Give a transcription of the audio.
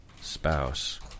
spouse